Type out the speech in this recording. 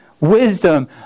wisdom